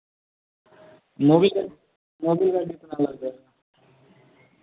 Mobil का Mobil का कितना लग जाएगा